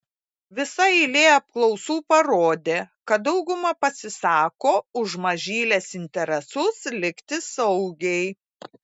visa eilė apklausų parodė kad dauguma pasisako už mažylės interesus likti saugiai